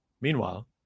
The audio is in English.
Meanwhile